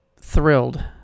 thrilled